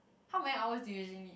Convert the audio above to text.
how many hour do you usually need